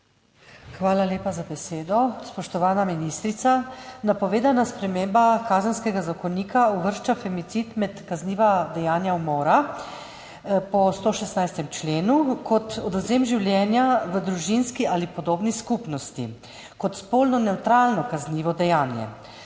Hvala lepa za besedo. Spoštovana ministrica, napovedana sprememba Kazenskega zakonika uvršča femicid med kazniva dejanja umora po 116. členu kot odvzem življenja v družinski ali podobni skupnosti kot spolno nevtralno kaznivo dejanje.